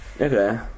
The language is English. Okay